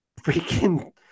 freaking